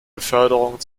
beförderung